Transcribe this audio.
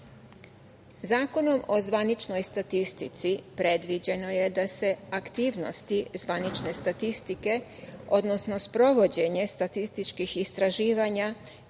o zvaničnoj statistici predviđeno je da se aktivnosti zvanične statistike, odnosno sprovođenje statističkih istraživanja